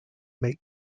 make